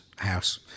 house